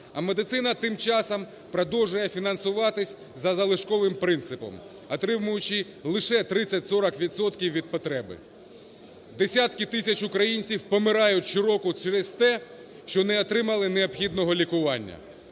А медицина тим часом продовжує фінансуватися за залишковим принципом, отримуючи лише 30-40 відсотків від потреби. Десятки тисяч українців помирають щороку через те, що не отримали необхідного лікування.